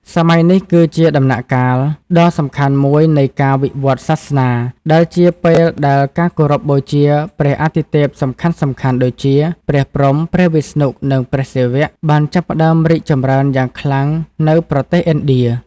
សម័យនេះគឺជាដំណាក់កាលដ៏សំខាន់មួយនៃការវិវឌ្ឍន៍សាសនា ដែលជាពេលដែលការគោរពបូជាព្រះអាទិទេពសំខាន់ៗដូចជា ព្រះព្រហ្ម ព្រះវិស្ណុ និងព្រះសិវៈ បានចាប់ផ្ដើមរីកចម្រើនយ៉ាងខ្លាំងនៅប្រទេសឥណ្ឌា។